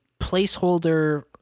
placeholder